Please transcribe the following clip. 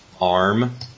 arm